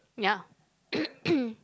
yeah